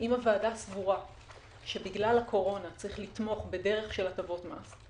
אם הוועדה סבורה שבגלל הקורונה צריך לתמוך בדרך של הטבות מס,